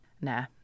nah